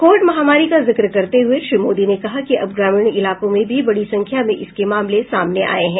Covid महामारी का जिक्र करते हुए श्री मोदी ने कहा कि अब ग्रामीण इलाकों में भी बड़ी संख्या में इसके मामले सामने आए हैं